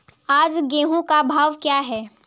आज गेहूँ का भाव क्या है?